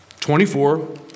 24